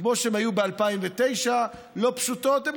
כמו שהם היו ב-2009 לא פשוטים,